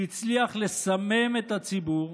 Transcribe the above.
שהצליח לסמם את הציבור